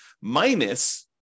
minus